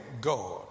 God